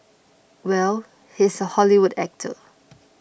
well he's a Hollywood actor